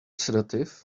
sedative